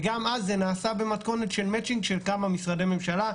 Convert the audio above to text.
וגם אז זה נעשה במתכונת של מטצ'ינג של כמה משרדי ממשלה.